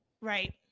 Right